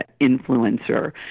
influencer